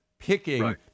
picking